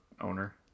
owner